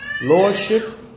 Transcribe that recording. Lordship